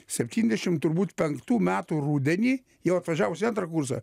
septyniasdešim turbūt penktų metų rudenį ir atvažiavus į antrą kursą